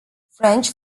french